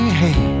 hey